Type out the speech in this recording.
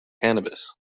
cannabis